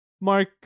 mark